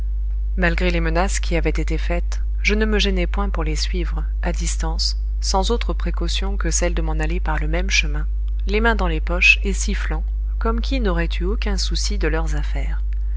malgré les menaces qui avaient été faites je ne me gênai point pour les suivre à distance sans autre précaution que celle de m'en aller par le même chemin les mains dans les poches et sifflant comme qui n'aurait eu aucun souci de leurs affaires